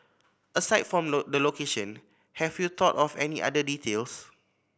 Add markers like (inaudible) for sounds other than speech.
aside from (unintelligible) the location have you thought of any other details